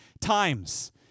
times